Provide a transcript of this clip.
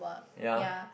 ya